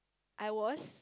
I was